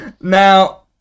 Now